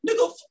Nigga